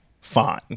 fine